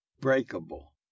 breakable